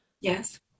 Yes